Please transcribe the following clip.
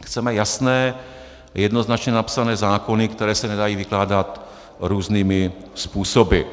Chceme jasné a jednoznačně napsané zákony, které se nedají vykládat různými způsoby.